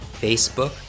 Facebook